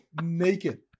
naked